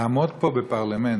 לעמוד פה בפרלמנט